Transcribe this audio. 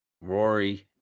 Rory